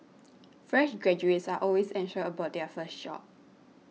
fresh graduates are always anxious about their first job